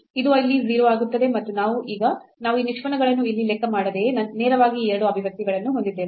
ಇದು ಅಲ್ಲಿ 0 ಆಗುತ್ತದೆ ಮತ್ತು ಈಗ ನಾವು ಈ ನಿಷ್ಪನ್ನಗಳನ್ನು ಇಲ್ಲಿ ಲೆಕ್ಕ ಮಾಡದೆಯೇ ನೇರವಾಗಿ ಈ 2 ಅಭಿವ್ಯಕ್ತಿಗಳನ್ನು ಹೊಂದಿದ್ದೇವೆ